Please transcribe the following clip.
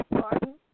Pardon